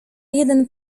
jeden